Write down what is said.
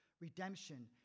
redemption